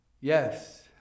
Yes